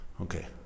Okay